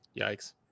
Yikes